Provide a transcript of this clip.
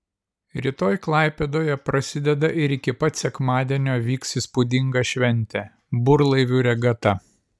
rytoj klaipėdoje prasideda ir iki pat sekmadienio vyks įspūdinga šventė burlaivių regata